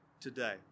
today